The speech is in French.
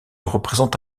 représente